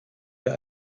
wir